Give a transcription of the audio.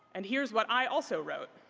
and here's what i also wrote.